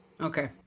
okay